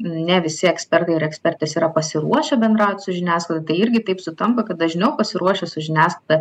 ne visi ekspertai ir ekspertės yra pasiruošę bendraut su žiniasklaida irgi taip sutampa kad dažniau pasiruošę su žiniasklaida